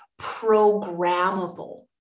programmable